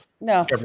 No